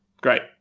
great